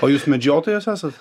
o jūs medžiotojas esat